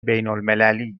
بینالمللی